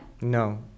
No